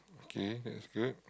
okay that's good